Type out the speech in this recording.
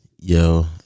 Yo